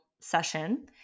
session